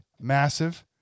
Massive